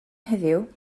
heddiw